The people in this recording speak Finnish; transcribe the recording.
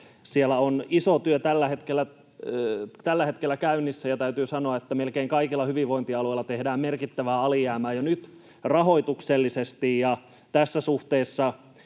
Siellä on iso työ tällä hetkellä käynnissä, ja täytyy sanoa, että melkein kaikilla hyvinvointialueilla tehdään merkittävää alijäämää rahoituksellisesti jo nyt. Tässä suhteessa